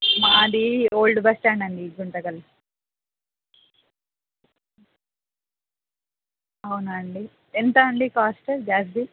మాది old bus stand అండి గుంతకల్ అవునా అండి ఎంత అండి కాస్ట్ జాస్తి